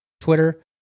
Twitter